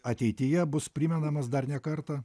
ateityje bus primenamas dar ne kartą